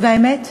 והאמת,